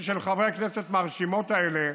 של חברי הכנסת מהרשימות האלה,